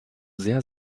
sehr